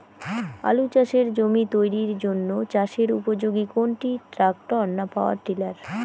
আলু চাষের জমি তৈরির জন্য চাষের উপযোগী কোনটি ট্রাক্টর না পাওয়ার টিলার?